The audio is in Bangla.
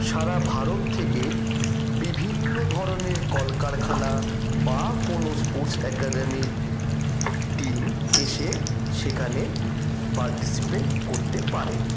সারা ভারত থেকে বিভিন্ন ধরণের কলকারখানা বা কোন স্পোর্টস একাডেমির টিম এসে সেখানে পারটিসিপেট করতে পারে